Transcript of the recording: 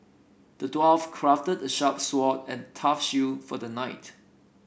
the dwarf crafted a sharp sword and tough shield for the knight